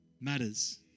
matters